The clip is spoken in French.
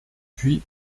puis